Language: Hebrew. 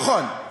נכון.